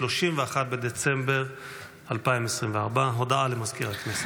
31 בדצמבר 2024. הודעה למזכיר הכנסת.